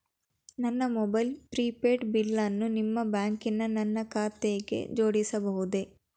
ನನ್ನ mobile prepaid ಬಿಲ್ಲನ್ನು ನಿಮ್ಮ ಬ್ಯಾಂಕಿನ ನನ್ನ ಖಾತೆಗೆ ಜೋಡಿಸಬಹುದೇ?